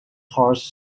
cars